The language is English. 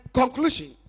conclusion